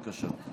בבקשה.